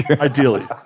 Ideally